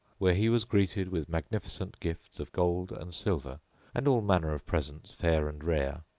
where he was greeted with magnificent gifts of gold and silver and all manner of presents fair and rare,